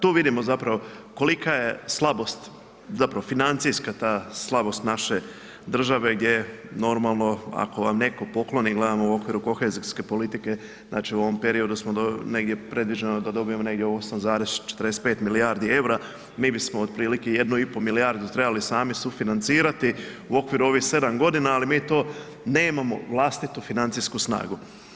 Tu vidimo zapravo kolika je slabost, zapravo financijska ta slabost naše države gdje normalno ako vam netko pokloni, gledam u okviru kohezijske politike, znači u ovom periodu smo negdje predviđeno da dobijemo negdje 9,45 milijardi EUR-a mi bismo otprilike 1,5 milijardu trebali sami sufinancirati u okviru ovih 7 godina, ali mi to nemamo vlastitu financijsku snagu.